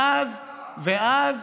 ואז